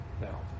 now